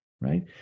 right